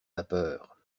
vapeurs